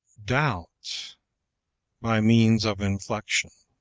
doubt by means of inflection.